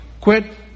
quit